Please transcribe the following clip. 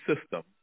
system